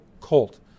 colt